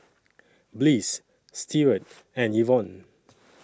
Bliss Steward and Evon